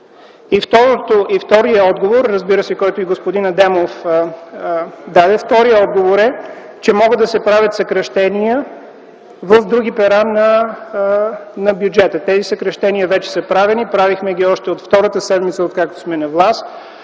Вторият отговор, разбира се, който и господин Адемов даде, е, че могат да се правят съкращения в други пера на бюджета. Тези съкращения вече са правени. Правихме ги още от втората седмица, откакто сме на власт.